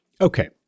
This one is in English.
Okay